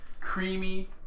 Creamy